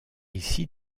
ici